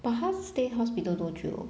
but 他 stay hospital 多久